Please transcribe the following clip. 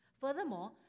Furthermore